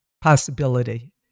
possibility